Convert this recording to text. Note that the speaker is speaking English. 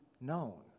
known